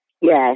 Yes